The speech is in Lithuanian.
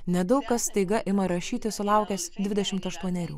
nedaug kas staiga ima rašyti sulaukęs dvidešimt aštuonerių